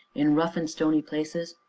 in rough and stony places,